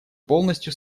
полностью